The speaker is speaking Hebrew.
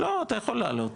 לא אתה יכול להעלות.